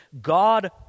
God